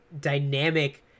dynamic